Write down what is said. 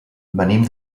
venim